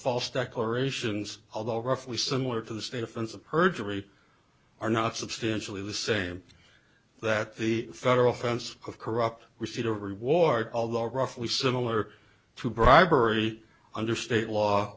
false declarations although roughly similar to the state offense of perjury are not substantially the same that the federal offense of corrupt receipt of reward although roughly similar to bribery under state law